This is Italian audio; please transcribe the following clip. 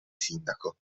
sindaco